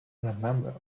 remember